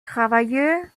travaillé